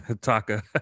Taka